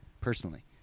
personally